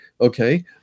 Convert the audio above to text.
okay